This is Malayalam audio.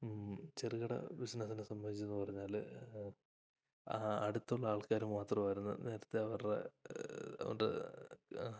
ചെറുകിട ബിസിനസ്സിനെ സംബന്ധിച്ചെന്നു പറഞ്ഞാല് അടുത്തുള്ള ആൾക്കാര് മാത്രമായിരുന്നു നേരത്തെ അവരുടെ അവരുടെ